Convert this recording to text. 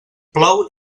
plou